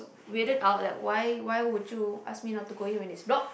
weirded out like why why would you ask me not to go in when it's locked